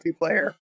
multiplayer